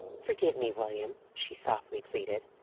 forgive me, william, she softly pleaded.